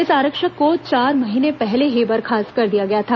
इस आरक्षक को चार महीने पहले ही बर्खास्त कर दिया गया था